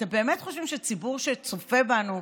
אתם באמת חושבים שציבור שצופה בנו,